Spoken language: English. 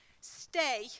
Stay